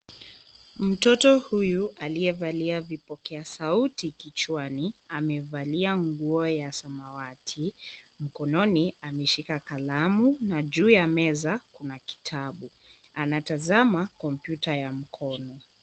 Mtoto huyu aliyevalia vipokea sauti kichwani, amevalia nguo ya samawati. Mkononi ameshika kalamu na juu ya meza kuna kitabu. Anatazama kompyuta ya mkono.